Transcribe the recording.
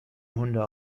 hunde